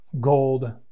Gold